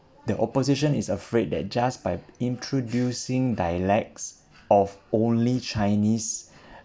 the opposition is afraid that just by introducing dialects of only chinese